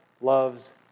loves